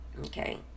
okay